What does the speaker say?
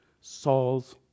Saul's